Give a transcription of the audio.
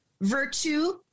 virtue